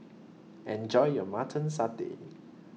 Enjoy your Mutton Satay